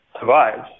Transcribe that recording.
survives